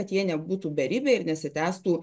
kad jie nebūtų beribiai ir nesitęstų